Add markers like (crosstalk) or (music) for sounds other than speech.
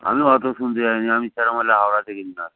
আমি অতো শুনতে চাইনি আমি সেরম হলে (unintelligible)